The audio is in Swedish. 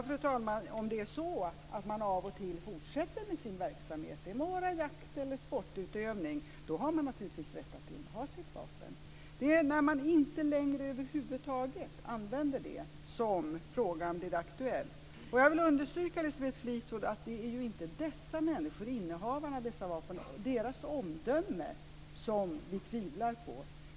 Fru talman! Om det är så att man av och till fortsätter med sin verksamhet, det må vara jakt eller sportutövning, har man naturligtvis rätt att inneha sitt vapen. Det är när man över huvud taget inte längre använder det som frågan blir aktuell. Jag vill understryka för Elisabeth Fleetwood att det inte är omdömet hos dessa vapeninnehavare som vi tvivlar på.